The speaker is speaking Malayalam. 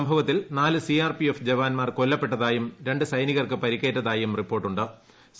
സംഭവത്തിൽ നാല് നാല് ആർ പി എഫ് ജവാന്മാർ കൊല്ലപ്പെട്ടതായും ര ് സൈനികർക്ക് പരിക്കേറ്റതായും റിപ്പോർട്ടു ്